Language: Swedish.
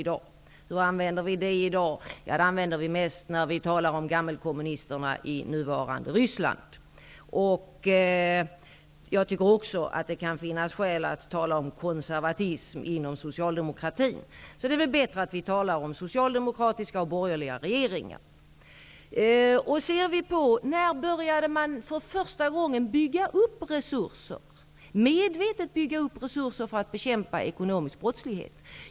I dag används det begreppet oftast när vi talar om gammelkommunisterna i nuvarande Ryssland. Jag tycker också att det kan finnas skäl att tala om konservatism inom socialdemokratin. Det är väl bättre att vi talar om socialdemokratiska resp. När började man för första gången medvetet bygga upp resurser för att bekämpa ekonomisk brottslighet?